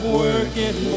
working